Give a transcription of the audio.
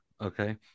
okay